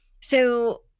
So-